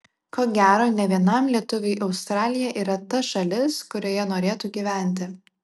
ko gero ne vienam lietuviui australija yra ta šalis kurioje norėtų gyventi